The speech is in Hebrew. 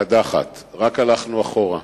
קדחת, רק הלכנו אחורה.